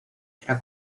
era